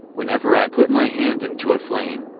whenever i put my hand into a flame,